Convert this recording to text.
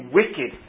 wicked